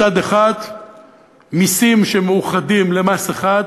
מצד אחד מסים שמאוחדים למס אחד,